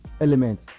Element